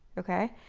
ok?